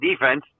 defense